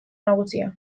nagusia